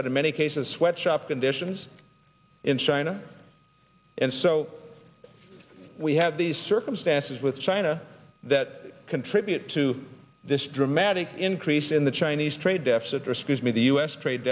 but in many cases sweatshop conditions in china and so we have these circumstances with china that contribute to this dramatic increase in the chinese t